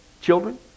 Children